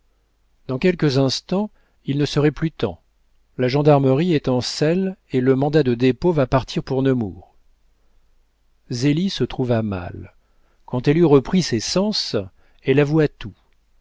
dans quelques instants il ne serait plus temps la gendarmerie est en selle et le mandat de dépôt va partir pour nemours zélie se trouva mal quand elle eut repris ses sens elle avoua tout